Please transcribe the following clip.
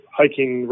hiking